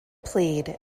plead